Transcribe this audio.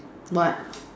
what